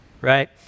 right